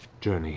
journey